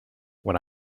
when